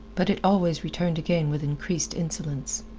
but it always returned again with increased insolence.